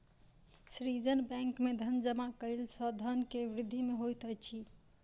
सृजन बैंक में धन जमा कयला सॅ धन के वृद्धि सॅ होइत अछि